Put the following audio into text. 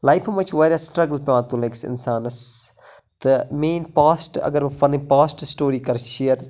لایفہِ منٛز چھِ وارِیاہ سٹرگٕل پٮ۪وان تُلٕنۍ أکِس اِنسانس تہٕ میٲنۍ پاسٹ اگر بہٕ پنٕنۍ پاسٹ سِٹوری کر شیر